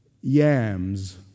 YAMS